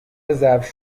ظرف